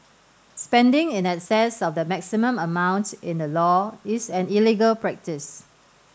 spending in excess of the maximum amount in the law is an illegal practice